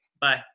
Bye